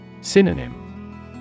Synonym